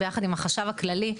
יחד עם החשב הכללי.